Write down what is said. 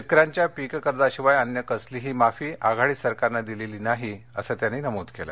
शेतकऱ्यांच्या पीक कर्जाशिवाय अन्य कसलीही माफी आघाडी सरकारनं दिलेली नाही असं पाटील म्हणाले